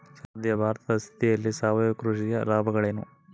ಸದ್ಯ ಭಾರತದ ಸ್ಥಿತಿಯಲ್ಲಿ ಸಾವಯವ ಕೃಷಿಯ ಲಾಭಗಳೇನು?